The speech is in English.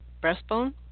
breastbone